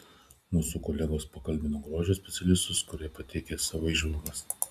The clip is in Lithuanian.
mūsų kolegos pakalbino grožio specialistus kurie pateikė savo įžvalgas